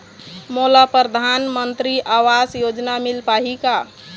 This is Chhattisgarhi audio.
मोला परधानमंतरी आवास योजना मिल पाही का?